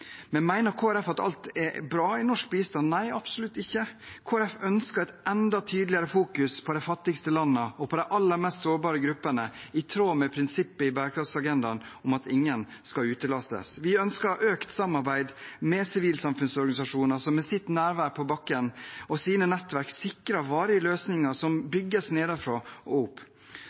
at alt er bra i norsk bistand? Nei, absolutt ikke. Kristelig Folkeparti ønsker et enda tydeligere fokus på de fattigste landene og de aller mest sårbare gruppene, i tråd med prinsippet i bærekraftsagendaen, om at ingen skal utelates. Vi ønsker økt samarbeid med sivilsamfunnsorganisasjoner, som med sitt nærvær på bakken og sine nettverk sikrer varige løsninger som bygges nedenfra og opp.